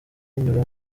nyura